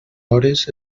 hores